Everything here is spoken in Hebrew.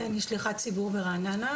אני שליחת ציבור ברעננה,